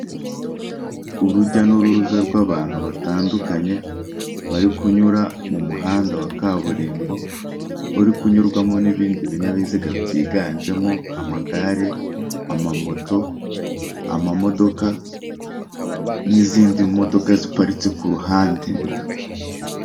Biragaragara ko ahangaha ari ku kicaro cya emutiyene kuko abakiriya baba bagiye gusaba serivisi zitandukanye abagura simukadi, ababitsa, ababikuza n'ababaza izindi serivisi bakora kugira ngo barusheho kumenya neza iki kigo ibyo gikora.